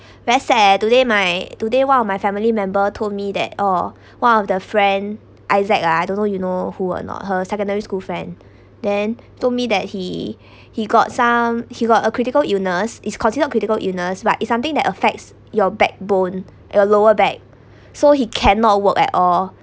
very sad leh today my today one of my family member told me that oh one of the friend issac ah I don't know you know who a not her secondary school friend then told me that he he got some he got a critical illness is considered critical illness but it's something that affects your backbone your lower back so he cannot work at all